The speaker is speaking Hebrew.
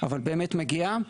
אבל באמת מגיע.